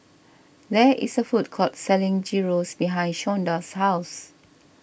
there is a food court selling Gyros behind Shonda's house